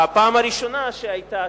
הפעם הראשונה שהיתה,